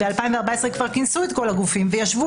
ב-2014 כבר כינסו את כל הגופים וישבו,